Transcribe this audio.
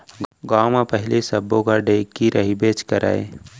गॉंव म पहिली सब्बो घर ढेंकी रहिबेच करय